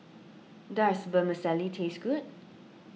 does Vermicelli taste good